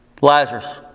Lazarus